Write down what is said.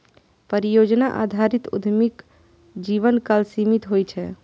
परियोजना आधारित उद्यमक जीवनकाल सीमित होइ छै